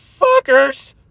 fuckers